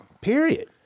Period